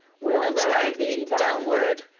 will drag thee downward,